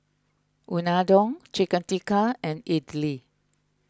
Unadon Chicken Tikka and Idili